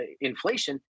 inflation